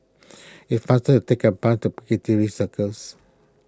is faster to take a bus to Piccadilly Circus